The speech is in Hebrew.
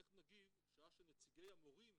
איך נגיב שעה שנציגי המורים